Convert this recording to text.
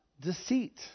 deceit